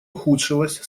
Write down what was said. ухудшилась